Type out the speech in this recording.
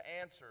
answer